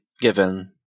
given